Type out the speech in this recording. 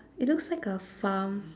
it looks like a farm